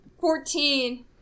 Fourteen